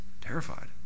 Terrified